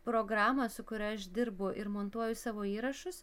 programą su kuria aš dirbu ir montuoju savo įrašus